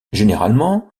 généralement